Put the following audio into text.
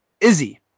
Izzy